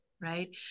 right